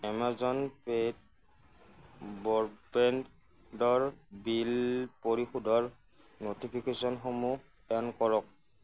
Amazon পেত ব্ৰডবেণ্ডৰ bill পৰিশোধৰ ন'টিফিকেশ্যনসমূহ অন কৰক